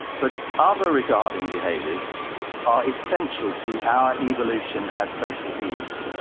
but other regarding behaviors are essential to our evolution as social beings.